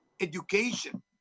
education